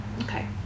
Okay